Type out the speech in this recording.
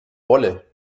wolle